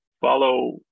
follow